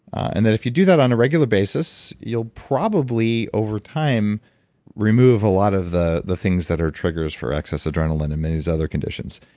and that if you do that on a regular basis, you'll probably over time remove a lot of the the things that are triggers for excess adrenaline and many of these other conditions.